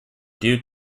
due